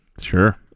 Sure